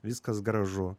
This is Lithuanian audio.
viskas gražu